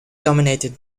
dominated